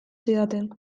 zidaten